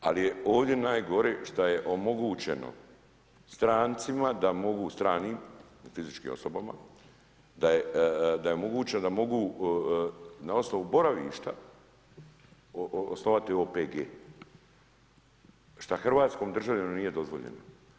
Ali je ovdje najgore što je omogućeno strancima da mogu, stranim fizičkim osobama da je omogućeno da mogu na osnovu boravišta osnovati OPG, što hrvatskom državljaninu nije dozvoljeno.